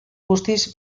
guztiz